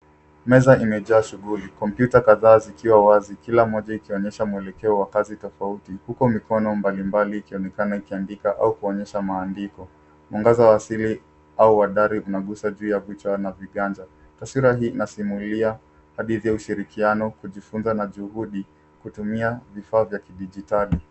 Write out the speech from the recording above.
Meza imejaa shughuli. Kompyuta kadhaa zikiwa wazi kila moja ikionyesha mwelekeo wa kazi tofauti huku mikono mbalimbali ikionekana ikiandika au kuonyesha maandiko. Mwangaza wa asili au wa dari unagusa juu ya vichwa na viganja. Taswira hii inasimulia hadithi ya ushirikiano, kujifunza na juhudi za kutumia vifaa vya kidijitali.